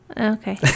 Okay